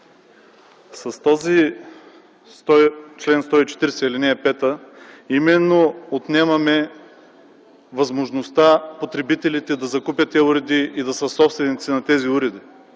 с този чл. 140, ал. 5 именно отнемаме възможността потребителите да закупят тези уреди и да са собственици на тези уреди.